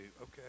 okay